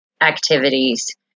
activities